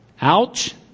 Ouch